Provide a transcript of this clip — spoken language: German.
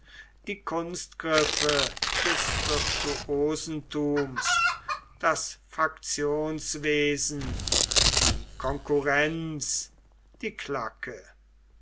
die kunstgriffe des virtuosentums das faktionswesen die konkurrenz die